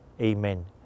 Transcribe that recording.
amen